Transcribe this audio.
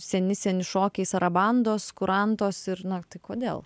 seni seni šokiai sarabandos kurantos ir na tai kodėl